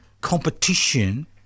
competition